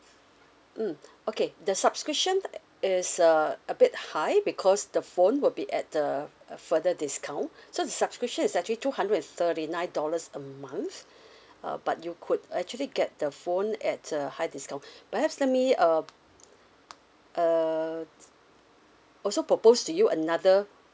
mm okay the subscription is uh a bit high because the phone will be at the uh further discount so the subscription is actually two hundred and thirty nine dollars a month uh but you could actually get the phone at a high discount perhaps let me uh uh also propose to you another